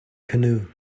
canoe